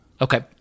Okay